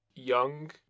young